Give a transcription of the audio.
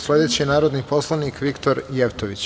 Sledeći je narodni poslanik Viktor Jevtović.